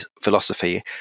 philosophy